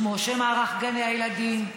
כמו מערך גני הילדים,